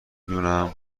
دونم